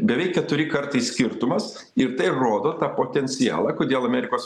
beveik keturi kartai skirtumas ir tai rodo tą potencialą kodėl amerikos